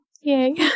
yay